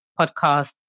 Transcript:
podcast